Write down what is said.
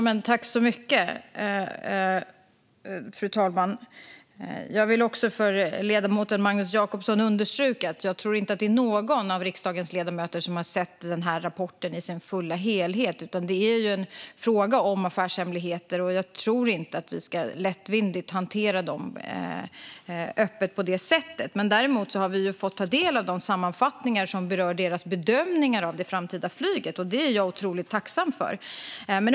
Fru talman! Jag vill för ledamoten Magnus Jacobsson understryka att jag inte tror att någon av riksdagens ledamöter har sett den här rapporten i dess helhet. Det handlar om affärshemligheter, och jag tror inte att vi lättvindigt ska hantera dem öppet på det sättet. Vi har däremot fått ta del av de sammanfattningar som avser Swedavias bedömningar av det framtida flyget, och det är jag otroligt tacksam för.